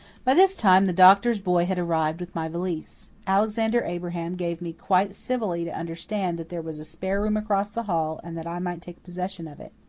by this time the doctor's boy had arrived with my valise. alexander abraham gave me quite civilly to understand that there was a spare room across the hall and that i might take possession of it.